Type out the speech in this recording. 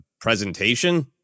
presentation